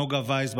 נוגה וייס,